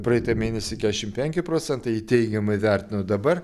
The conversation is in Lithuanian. praeitą mėnesį kešim penki procentai jį teigiamai vertino dabar